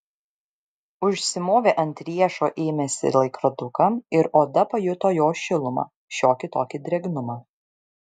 užsimovė ant riešo ėmėsi laikroduką ir oda pajuto jo šilumą šiokį tokį drėgnumą